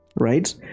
right